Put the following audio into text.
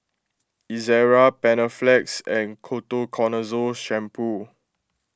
Ezerra Panaflex and Ketoconazole Shampoo